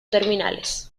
terminales